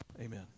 Amen